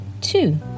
Two